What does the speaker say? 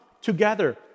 together